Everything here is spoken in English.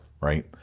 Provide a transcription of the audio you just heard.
right